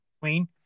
Queen